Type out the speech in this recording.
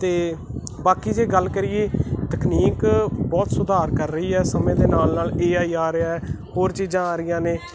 ਤੇ ਬਾਕੀ ਜੇ ਗੱਲ ਕਰੀਏ ਤਕਨੀਕ ਬਹੁਤ ਸੁਧਾਰ ਕਰ ਰਹੀ ਐ ਸਮੇਂ ਦੇ ਨਾਲ ਨਾਲ ਏ ਆਈ ਆ ਰਿਹਾ ਐ ਹੋਰ ਚੀਜਾਂ ਆ ਰਹੀਆਂ ਨੇ